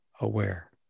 aware